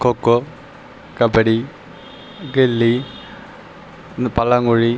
கோக்கோ கபடி கில்லி இந்த பல்லாங்குழி